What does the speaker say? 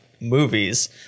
movies